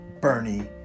Bernie